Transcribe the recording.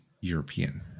European